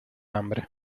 hambre